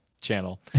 channel